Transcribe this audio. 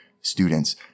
students